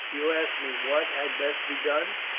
you ask me what had best be done.